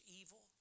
evil